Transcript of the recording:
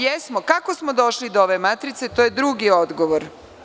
Kako smo došli do ove matrice, to je drugi odgovor.